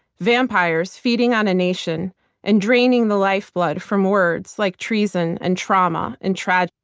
vampires feeding on a nation and draining the lifeblood from words like treason and trauma and tragedy.